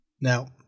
Now